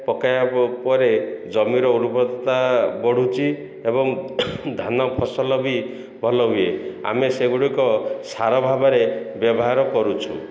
ପକାଇବା ପରେ ଜମିର ଉର୍ବରତା ବଢ଼ୁଛି ଏବଂ ଧାନ ଫସଲ ବି ଭଲ ହୁଏ ଆମେ ସେଗୁଡ଼ିକ ସାର ଭାବରେ ବ୍ୟବହାର କରୁଛୁ